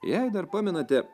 jei dar pamenate